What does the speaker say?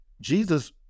Jesus